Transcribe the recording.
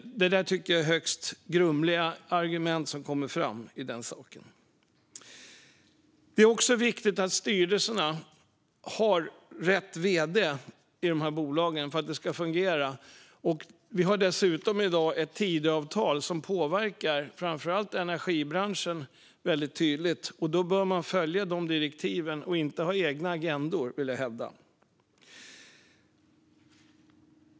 Jag tycker att det är högst grumliga argument som kommer fram i den saken. Det är också viktigt att styrelserna i de här bolagen har rätt vd för att de ska kunna fungera. Vi har dessutom i dag ett Tidöavtal som påverkar framför allt energibranschen väldigt tydligt, och då bör man följa dessa direktiv och inte ha egna agendor.